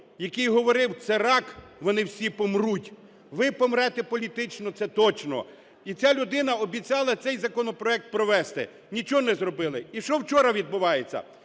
який говорив: "Це рак. Вони всі помруть". Ви помрете політично, це точно. І ця людина обіцяла цей законопроект провести. Нічого не зробили. І що вчора відбувається?